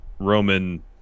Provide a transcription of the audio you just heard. Roman